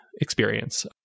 experience